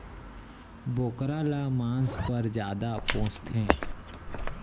बोकरा ल मांस पर जादा पोसथें